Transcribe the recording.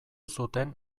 zuten